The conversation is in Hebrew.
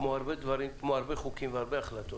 אז כמו הרבה חוקים והרבה החלטות,